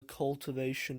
cultivation